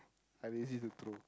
I lazy to throw